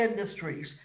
industries